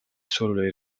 solo